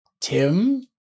Tim